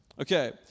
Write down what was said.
Okay